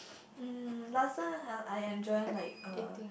um last time I I enjoying like err